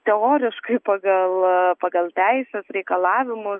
teoriškai pagal pagal teisės reikalavimus